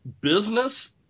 business